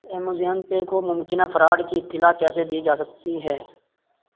Amazon Pay کو ممکنہ fraud کی اطلاع کیسے دی جا سکتی ہے